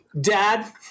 dad